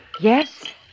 yes